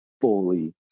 fully